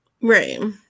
Right